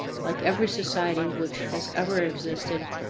like every society which has ever existed,